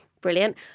brilliant